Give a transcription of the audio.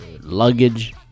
luggage